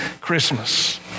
Christmas